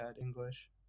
English